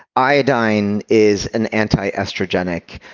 iodine is an antiestrogenic.